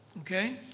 okay